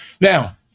Now